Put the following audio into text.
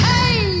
Hey